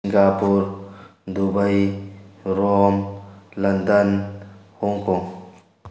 Singapore Dubai Rome London Hong Kong